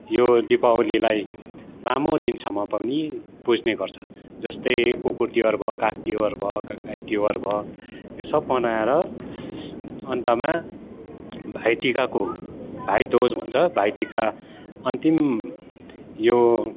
यो दिपावलीलाई लामो दिनसम्म पनि पुज्ने गर्छ जस्तै कुकुर तिहार भयो काग तिहार भयो गाई तिहार भयो यो सब मनाएर अन्तमा भाइ टिकाको भाइदोज भन्छ भाइटिका अन्तिम यो